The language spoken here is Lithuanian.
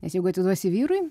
nes jeigu atiduosi vyrui